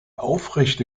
aufrechte